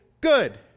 Good